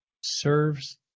serves